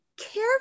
care